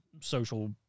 social